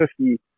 50